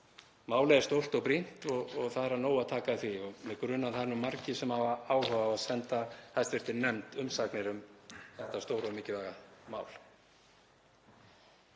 Málið er stórt og brýnt og það er af nógu að taka í því og mig grunar að það séu margir sem hafi áhuga á að senda hæstv. nefnd umsagnir um þetta stóra og mikilvæga mál.